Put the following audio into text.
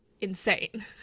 insane